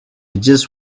just